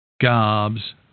Gobs